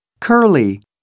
curly